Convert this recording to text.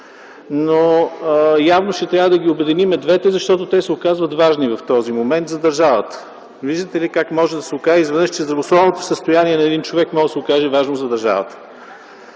Но явно ще трябва да обединим двете, защото те са оказват важни в този момент за държавата. Виждате ли как може да се окаже изведнъж, че здравословното състояние на един човек може да се окаже важно за държавата!?